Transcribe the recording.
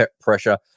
pressure